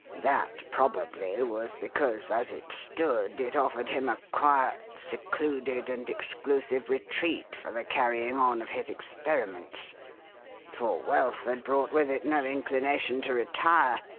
that, probably, was because, as it stood, it offered him a quiet, secluded, and exclusive retreat for the carrying on of his experiments for wealth had brought with it no inclination to retire,